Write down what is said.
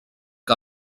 que